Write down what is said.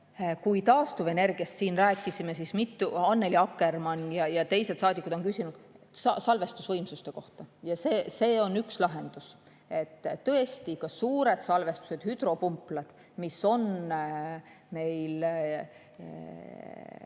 siin taastuvenergiast rääkisime, siis Annely Akkermann ja teised saadikud küsisid salvestusvõimsuste kohta. See on üks lahendus. Tõesti, ka suured salvestajad, hüdropumplad, mis on meil